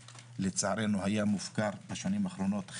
לצערנו, התחום הזה היה מופקר בשנים האחרונות.